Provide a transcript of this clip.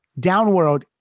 Downworld